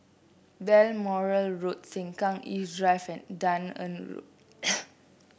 Balmoral Road Sengkang East Drive and Dunearn Road